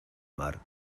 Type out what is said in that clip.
mar